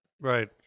Right